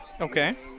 Okay